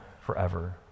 forever